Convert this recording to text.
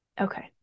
okay